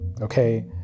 okay